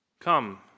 Come